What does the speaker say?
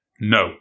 No